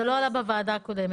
זה לא עלה בדיון הקודם.